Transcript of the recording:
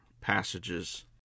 passages